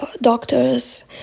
doctors